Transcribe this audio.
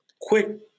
quick